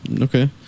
Okay